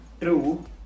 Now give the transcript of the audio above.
true